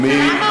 מי?